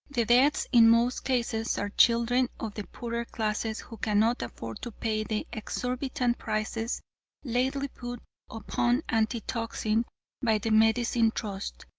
the deaths in most cases are children of the poorer classes who cannot afford to pay the exorbitant prices lately put upon antitoxin by the medicine trust.